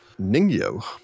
Ningyo